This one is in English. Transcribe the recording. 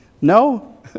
No